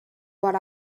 what